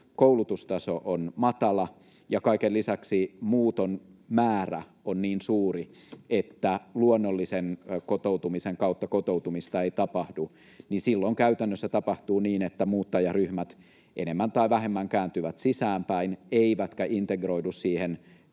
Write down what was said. koulutustaso on matala ja kaiken lisäksi muuton määrä on niin suuri, että luonnollisen kotoutumisen kautta kotoutumista ei tapahdu, niin silloin käytännössä tapahtuu niin, että muuttajaryhmät enemmän tai vähemmän kääntyvät sisäänpäin eivätkä integroidu siihen ympäröivään